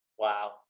Wow